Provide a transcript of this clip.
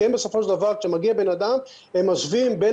כי בסופו של דבר כשמגיע בן אדם הם משווים בין